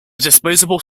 disposable